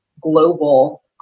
global